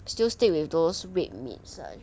still stay with those red meats ah